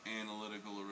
Analytical